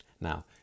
Now